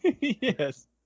Yes